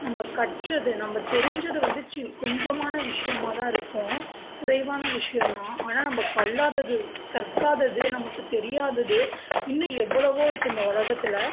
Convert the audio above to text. நம்ம கற்றது நம்ம தெரிஞ்சது வந்து சின் கொஞ்சமான விஷயமா தான் இருக்கும் குறைவான விஷியந்தான் ஆனா நம்ம கல்லாதது கற்காதது நமக்கு தெரியாதது இன்னும் எவ்வளவோ இருக்குது இந்த உலகத்துல